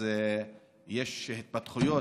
יש התפתחויות,